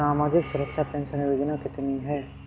सामाजिक सुरक्षा पेंशन योजना कितनी हैं?